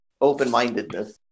Open-mindedness